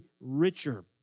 richer